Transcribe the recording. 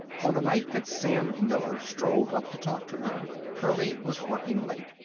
on the night that sam miller strolled up to talk to her, pearlie was working late.